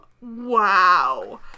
Wow